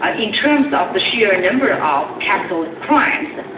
ah in terms of the sheer number of capital ah crimes,